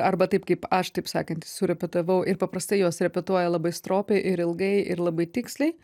arba taip kaip aš taip sakant surepetavau ir paprastai jos repetuoja labai stropiai ir ilgai ir labai tiksliai